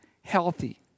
healthy